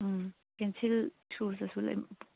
ꯎꯝ pencil ꯁꯨꯗꯁꯨ ꯂꯩꯕ꯭ꯔꯣ